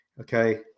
Okay